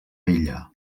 vella